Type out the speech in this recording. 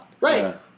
Right